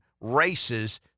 races